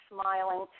smiling